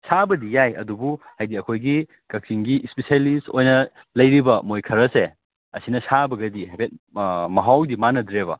ꯁꯥꯕꯗꯤ ꯌꯥꯏ ꯑꯗꯨꯕꯨ ꯍꯥꯏꯗꯤ ꯑꯩꯈꯣꯏꯒꯤ ꯀꯛꯆꯤꯡꯒꯤ ꯁ꯭ꯄꯤꯁꯦꯜꯂꯤꯁ ꯑꯣꯏꯅ ꯂꯩꯔꯤꯕ ꯃꯣꯏ ꯈꯔꯁꯦ ꯑꯁꯤꯅ ꯁꯥꯕꯒꯗꯤ ꯍꯥꯏꯐꯦꯠ ꯃꯍꯥꯎꯗꯤ ꯃꯥꯟꯅꯗ꯭ꯔꯦꯕ